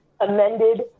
amended